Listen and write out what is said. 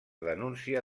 denúncia